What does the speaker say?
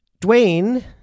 Dwayne